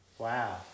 Wow